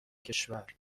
کشور